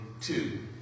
two